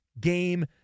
Game